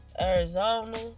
Arizona